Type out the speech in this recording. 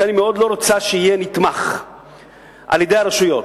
שאני מאוד לא רוצה שיהיה נתמך על-ידי הרשויות.